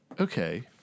Okay